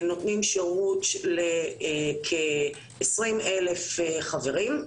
נותנים שירות לכ-20,000 חברים.